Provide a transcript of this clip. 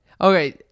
Okay